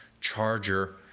charger